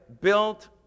built